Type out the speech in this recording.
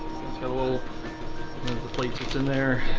got a little the plate sits in there.